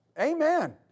Amen